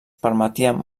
permetien